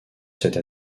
cette